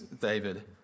David